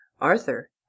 Arthur